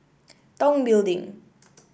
Tong Building